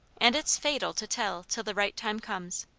and it's fatal to tell till the right time comes.